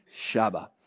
Shabbat